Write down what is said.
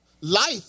life